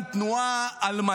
היום ידיעה על זה שהוא מחלק תחנות